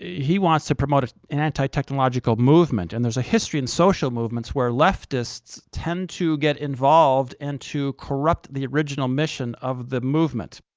he wants to promote ah an anti-technological movement, and there's a history in social movements where leftists tend to get involved and to corrupt the original mission of the movement.